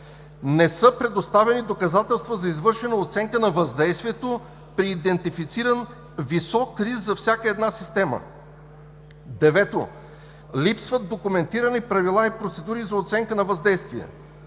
Не са предоставени доказателства за извършена оценка на въздействието при идентифициран висок риск за всяка една система. 9. Липсват документирани правила и процедури за оценка на въздействие.